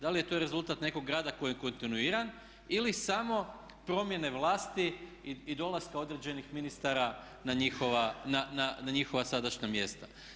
Da li je to rezultat nekog rada koji je kontinuiran ili samo promjene vlasti i dolaska određenih ministara na njihova sadašnja mjesta?